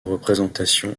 représentation